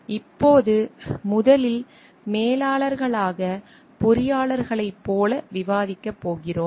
இப்போது முதலில் மேலாளர்களாக பொறியாளர்களைப் போல விவாதிக்கப் போகிறோம்